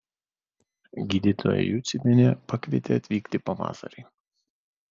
gydytoja juciuvienė pakvietė atvykti pavasarį